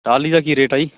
ਟਾਹਲੀ ਦਾ ਕੀ ਰੇਟ ਆ ਜੀ